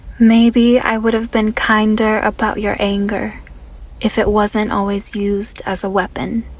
maybe i would've been kinder about your anger if it wasn't always used as a weapon